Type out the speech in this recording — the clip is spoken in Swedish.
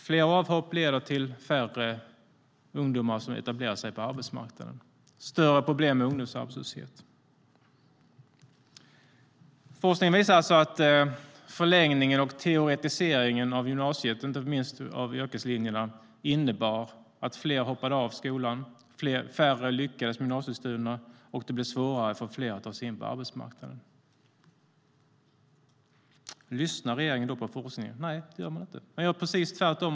Fler avhopp leder till färre ungdomar som etablerar sig på arbetsmarknaden och större problem med ungdomsarbetslöshet. Lyssnar då regeringen på forskning? Nej, det gör de inte. De gör precis tvärtom.